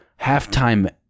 halftime